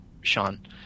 Sean